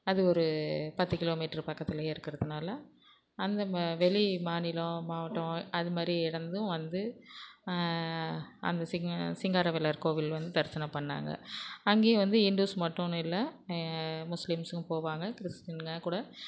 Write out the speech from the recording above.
அது ஒரு பத்து கிலோ மீட்டர் பக்கத்திலயே இருக்கிறதுனால அந்த வெளி மாநிலம் மாவட்டம் அதுமாதிரி இருந்தும் வந்து அந்த சிங்கா சிங்காரவேலர் கோவில் வந்து தரிசனம் பண்ணாங்கள் அங்கேயும் வந்து இந்துஸ் மட்டும்னு இல்லை முஸ்லிம்ஸும் போவாங்கள் கிறிஸ்டீன்ஸுங்க கூட